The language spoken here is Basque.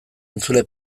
entzule